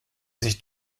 sich